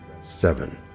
seven